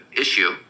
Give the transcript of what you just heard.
issue